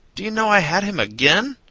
do you know i had him again?